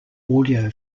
audio